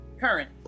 Current